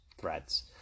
threads